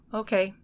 okay